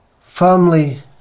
firmly